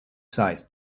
sides